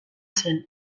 zen